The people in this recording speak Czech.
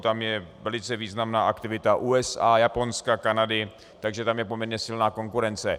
Tam je velice významná aktivita USA, Japonska, Kanady, takže tam je poměrně silná konkurence.